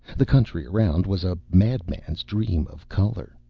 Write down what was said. the country around was a madman's dream of color.